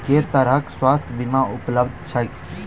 केँ तरहक स्वास्थ्य बीमा उपलब्ध छैक?